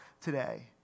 today